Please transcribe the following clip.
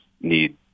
need